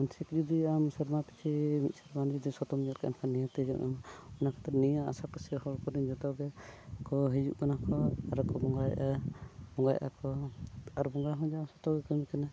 ᱢᱟᱱᱥᱤᱠ ᱡᱩᱫᱤ ᱟᱢ ᱥᱮᱨᱢᱟ ᱯᱤᱪᱷᱤ ᱢᱤᱫ ᱥᱮᱨᱢᱟ ᱡᱩᱫᱤ ᱥᱚᱛᱮᱢ ᱧᱮᱞ ᱠᱟᱜᱼᱟ ᱢᱮᱱᱠᱡᱷᱟᱱ ᱱᱤᱭᱟᱹ ᱛᱮᱜᱮ ᱟᱢ ᱚᱱᱟ ᱠᱷᱟᱹᱛᱤᱨ ᱱᱤᱭᱟᱹ ᱟᱥᱟᱯᱟᱥᱤ ᱦᱚᱲ ᱠᱚᱨᱮᱱ ᱡᱚᱛᱚᱜᱮ ᱠᱚ ᱦᱤᱡᱩᱜ ᱠᱟᱱᱟ ᱠᱚ ᱟᱨᱠᱚ ᱵᱚᱸᱜᱟᱭᱮᱜᱼᱟ ᱵᱚᱸᱜᱟᱭᱮᱜ ᱟᱠᱚ ᱟᱨ ᱵᱚᱸᱜᱟ ᱦᱚᱸ ᱡᱟ ᱥᱚᱛᱚᱜᱮ ᱠᱟᱹᱢᱤ ᱠᱟᱱᱟᱭ